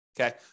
Okay